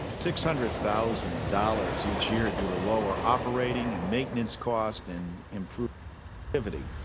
six hundred thousand dollars each year due to lower operating and maintenance costs and improved productivity.